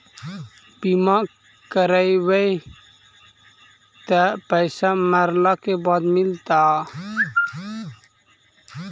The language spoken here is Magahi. बिमा करैबैय त पैसा मरला के बाद मिलता?